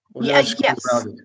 Yes